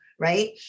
Right